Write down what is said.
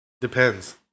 Depends